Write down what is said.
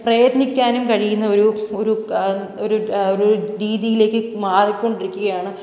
പ്രയത്നിക്കാനും കഴിയുന്ന ഒരു ഒരു ഒരു ഒരു രീതിയിലേക്ക് മാറിക്കൊണ്ടിരിക്കുകയാണ്